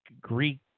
Greek